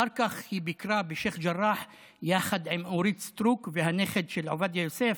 אחר כך היא ביקרה בשייח' ג'ראח עם אורית סטרוק ועם הנכד של עובדיה יוסף,